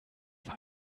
war